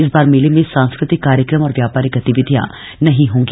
इस बार मेले में सांस्कृतिक कार्यक्रम और व्यापारिक गतिविधियां नहीं होंगी